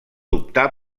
optar